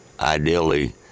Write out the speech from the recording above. Ideally